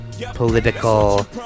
political